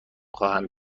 خواهم